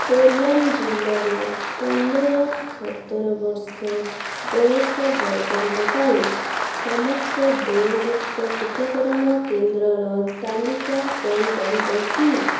କୋଲ୍ଲମ୍ ଜିଲ୍ଲାରେ ପନ୍ଦର ସତର ବର୍ଷ ବୟସ ବର୍ଗଙ୍କ ପାଇଁ ସମସ୍ତ ଦେୟଯୁକ୍ତ ଟିକାକରଣ କେନ୍ଦ୍ରର ତାଲିକା କରିପାରିବ କି